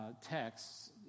texts